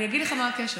אני אגיד לך מה הקשר.